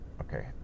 okay